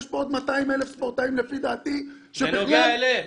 יש עוד 200,000 ספורטאים שלפי דעתי שזה נוגע אליהם.